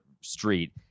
street